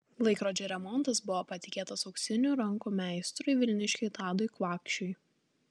laikrodžio remontas buvo patikėtas auksinių rankų meistrui vilniškiui tadui kvakšiui